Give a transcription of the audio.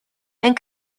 and